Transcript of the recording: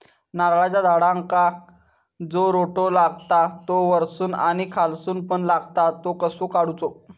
नारळाच्या झाडांका जो रोटो लागता तो वर्सून आणि खालसून पण लागता तो कसो काडूचो?